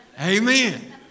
Amen